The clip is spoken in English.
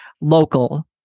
local